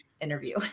interview